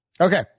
Okay